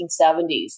1970s